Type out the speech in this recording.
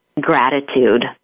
gratitude